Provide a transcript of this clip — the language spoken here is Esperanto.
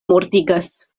mortigas